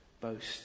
boast